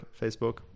Facebook